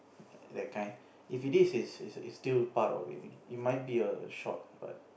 that kind if it is is is still part of it it might be a short part